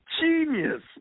genius